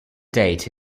date